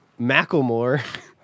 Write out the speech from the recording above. Macklemore